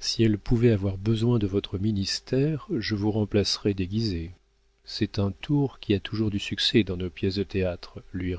si elle pouvait avoir besoin de votre ministère je vous remplacerais déguisé c'est un tour qui a toujours du succès dans nos pièces de théâtre lui